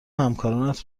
همکارانت